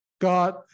God